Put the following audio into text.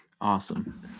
Awesome